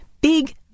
Big